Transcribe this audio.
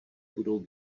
budou